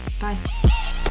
Bye